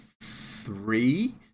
three